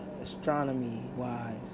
astronomy-wise